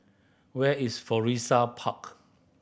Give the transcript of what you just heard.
where is Florissa Park